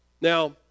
Now